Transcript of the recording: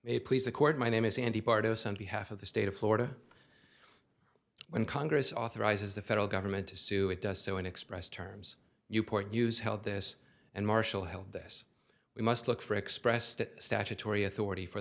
may please the court my name is andy part of behalf of the state of florida when congress authorizes the federal government to sue it does so and express terms newport news held this and marshall held this we must look for express the statutory authority for